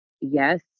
yes